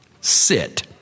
sit